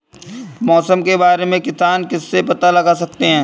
मौसम के बारे में किसान किससे पता लगा सकते हैं?